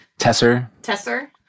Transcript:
Tesser